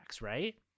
right